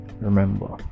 remember